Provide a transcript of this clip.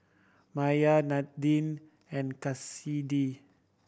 Maiya Nadine and Kassidy